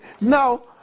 now